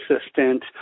assistant